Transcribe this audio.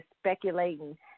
speculating